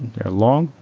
they're long.